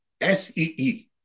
S-E-E